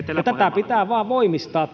tätä kehitystä pitää vain voimistaa